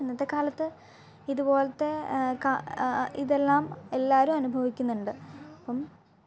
ഇന്നത്തെ കാലത്ത് ഇതുപോലത്തെ ക ഇതെല്ലാം എല്ലാവരും അനുഭവിക്കുന്നുണ്ട്